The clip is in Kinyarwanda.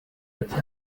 ati